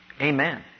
Amen